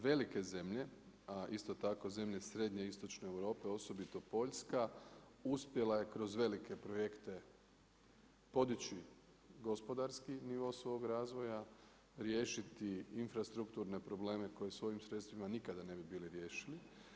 Velike zemlje a isto tako zemlje srednje i istočne Europe, osobito Posljska uspjela je kroz velike projekta podići gospodarski nivo svog razvoja, riješiti infrastrukturne probleme koje s ovim sredstvima nikada ne bi bili riješili.